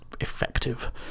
effective